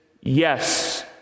Yes